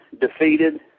defeated